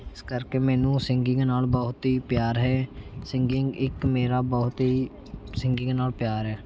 ਇਸ ਕਰਕੇ ਮੈਨੂੰ ਸੀਗਿੰਗ ਨਾਲ਼ ਬਹੁਤ ਹੀ ਪਿਆਰ ਹੈ ਸੀਗਿੰਗ ਇੱਕ ਮੇਰਾ ਬਹੁਤ ਹੀ ਸੀਗਿੰਗ ਨਾਲ਼ ਪਿਆਰ ਹੈ